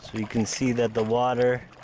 you can see that the water